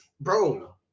Bro